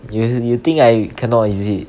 you you think I cannot is it